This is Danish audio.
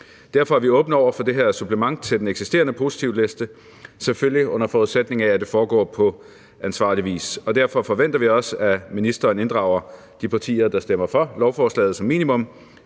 Derfor er vi åbne over for det her supplement til den eksisterende positivliste, selvfølgelig under forudsætning af, at det foregår på ansvarlig vis, og derfor forventer vi også, at ministeren inddrager de partier, der stemmer for forslaget, som minimum